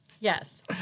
Yes